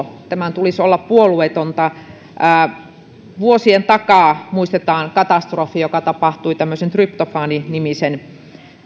tämän tutkimustiedon tulisi olla puolueetonta vuosien takaa muistetaan katastrofi joka tapahtui tryptofaani nimisen